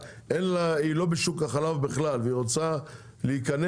שהיא לא בשוק החלב בכלל והיא רוצה להיכנס,